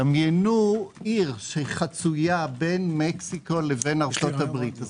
דמיינו עיר שחצויה בין מקסיקו לבין ארצות הברית זה